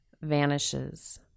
vanishes